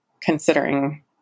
considering